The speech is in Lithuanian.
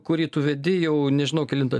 kurį tu vedi jau nežinau kelintą